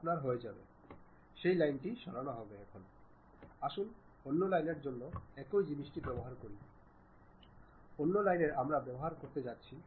সুতরাং সেক্শনগুলিতে যখন আমরা জিনিসগুলি আঁকছি তখন আমরা এই লুকানো ধরণের লাইন প্রদর্শন করি না